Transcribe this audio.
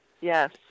Yes